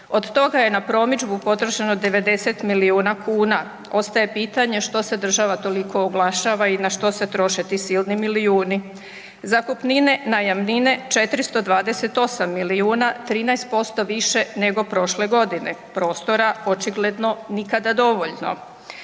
Od toga je na promidžbu potrošeno 90 milijuna kuna. Ostaje pitanje što se država toliko oglašava i na što se troše ti silni milijuni. Zakupnine, najamnine 428 milijuna, 13% više nego prošle godine, prostora očigledno nikada dovoljno.